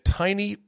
tiny